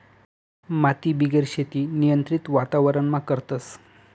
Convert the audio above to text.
मातीबिगेर शेती नियंत्रित वातावरणमा करतस